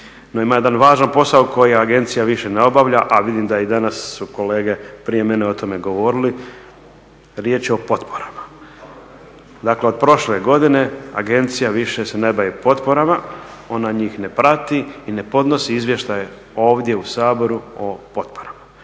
ima jedan važan posao koji agencija više ne obavlja, a vidim da i danas su kolege prije mene o tome govorili, riječ je o potporama. Dakle od prošle godine agencija više se ne bavi potporama, ona njih ne prati i ne podnosi izvještaje ovdje u Saboru o potporama.